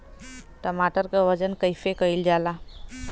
टमाटर क वजन कईसे कईल जाला?